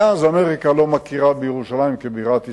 מאז אמריקה לא מכירה בירושלים כבירת ישראל,